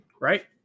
right